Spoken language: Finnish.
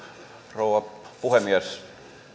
rouva puhemies